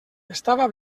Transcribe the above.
estava